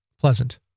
pleasant